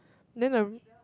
then the